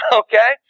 okay